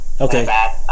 Okay